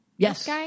Yes